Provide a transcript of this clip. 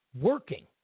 working